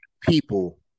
people